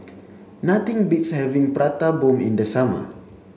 nothing beats having Prata Bomb in the summer